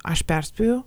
aš perspėju